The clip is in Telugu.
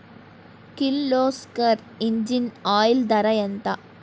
కిర్లోస్కర్ ఇంజిన్ ఆయిల్ ధర ఎంత?